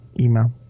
email